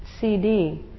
CD